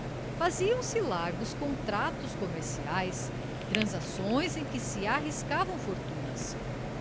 cerveja faziam-se largos contratos comerciais transações em que se arriscavam fortunas